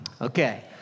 Okay